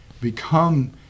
become